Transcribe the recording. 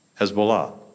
Hezbollah